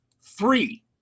three